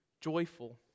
joyful